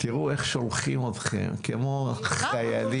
תראו איך שולחים אתכם, כמו חיילים.